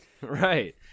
Right